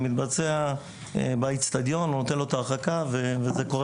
זה מתבצע באצטדיון ובשטח.